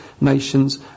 nations